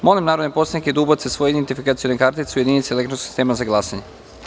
Molim narodne poslanike da ubace svoje identifikacione kartice u jedinice elektronskog sistema za glasanje.